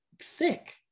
sick